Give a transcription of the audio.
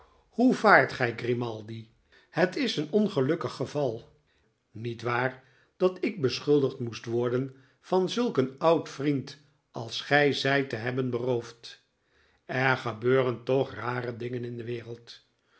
hoe vaart gij grimaldi het is een ongelukkig geval niet waar dat ik beschuldigd moest worden van zulk een oud vriend als gij zijt te hebben beroofd er gebeuren toch rare dingen in de wereld